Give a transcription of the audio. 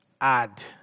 add